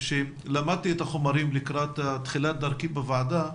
כשלמדתי את החומרים לקראת תחילת דרכי בוועדה,